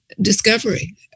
discovery